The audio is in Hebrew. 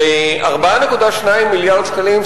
ו-4.2 מיליארד שקלים,